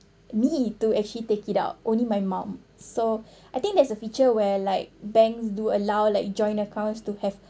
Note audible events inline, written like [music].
me to actually take it out only my mum so [breath] I think that's a feature where like banks do allow like joint accounts to have